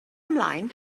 ymlaen